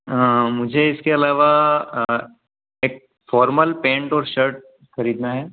आं मुझे इसके अलावा एक फॉर्मल पैंट और शर्ट खरीदना है